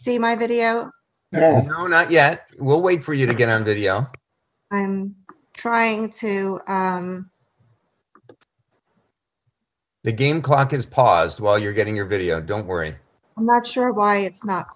see my video not yet we'll wait for you to get on video trying to the game clock is paused while you're getting your video don't worry i'm not sure why it's not